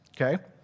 Okay